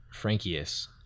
Frankius